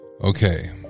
okay